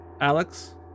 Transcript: Alex